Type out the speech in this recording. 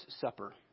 Supper